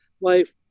life